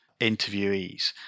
interviewees